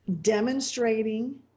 demonstrating